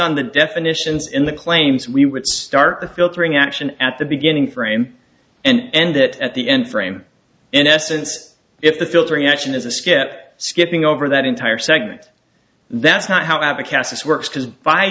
on the definitions in the claims we would start the filtering action at the beginning frame and that at the end frame in essence if the filtering action is a skip skipping over that entire segment that's not how abby cassis works because by